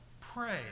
pray